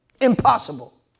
Impossible